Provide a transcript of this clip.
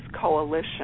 coalition